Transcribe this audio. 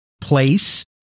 place